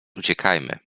uciekajmy